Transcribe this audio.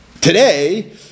Today